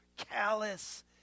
callous